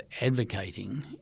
advocating